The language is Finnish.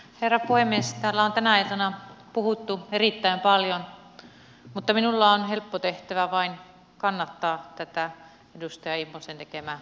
täällä on tänä iltana puhuttu erittäin paljon mutta minulla on helppo tehtävä vain kannattaa tätä edustaja immosen tekemää esitystä